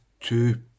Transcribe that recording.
two